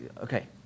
Okay